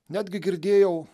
netgi girdėjau